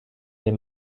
est